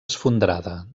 esfondrada